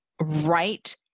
right